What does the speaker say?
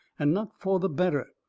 and not fur the better.